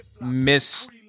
Miss